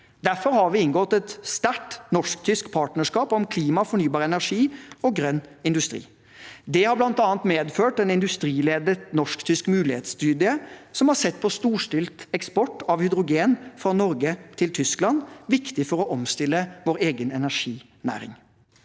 Derfor har vi inngått et sterkt norsk-tysk partnerskap om klima, fornybar energi og grønn industri. Det har bl.a. medført en industriledet norsk-tysk mulighetsstudie som har sett på storstilt eksport av hydrogen fra Norge til Tyskland, noe som er viktig for å omstille vår egen energinæring.